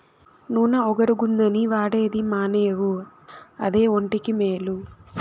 నూన ఒగరుగుందని వాడేది మానేవు అదే ఒంటికి మేలు